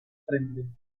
trembling